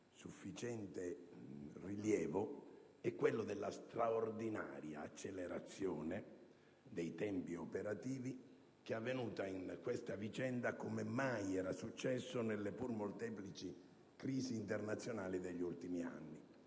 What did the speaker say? sufficiente rilievo è quello della straordinaria accelerazione dei tempi operativi che è avvenuta in questa vicenda come mai era successo nelle pur molteplici crisi internazionali degli ultimi anni.